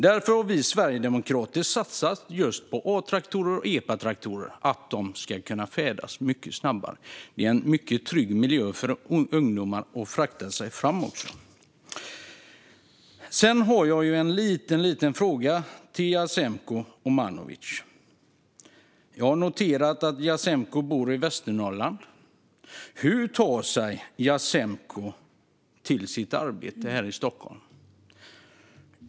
Därför har vi sverigedemokrater satsat just på A-traktorer och epatraktorer för att ungdomar ska kunna färdas mycket snabbare i en mycket trygg miljö. Sedan har jag en liten fråga till Jasenko Omanovic. Jag har noterat att Jasenko bor i Västernorrland. Hur tar sig Jasenko till sitt arbete här i Stockholm?